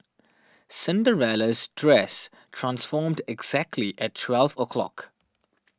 Cinderella's dress transformed exactly at twelve o' clock